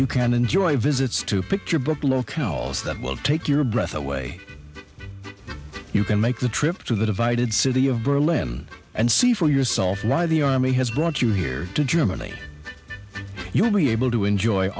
you can enjoy visits to picture book locales that will take your breath away you can make the trip to the divided city of berlin and see for yourself why the army has brought you here to germany you will be able to enjoy